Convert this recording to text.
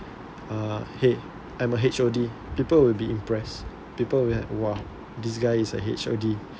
(uh )uh !hey! I'm a H_O_D people will be impressed people will had !wah! this guy is a H_O_D